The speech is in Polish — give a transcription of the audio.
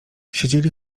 siedzieli